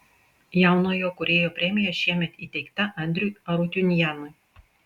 jaunojo kūrėjo premija šiemet įteikta andriui arutiunianui